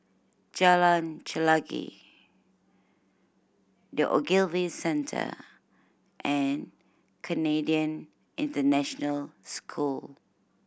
Jalan Chelagi The Ogilvy Centre and Canadian International School